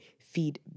feed